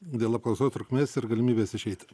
dėl apklausos trukmės ir galimybės išeiti